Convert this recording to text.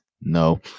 No